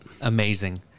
Amazing